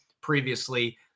previously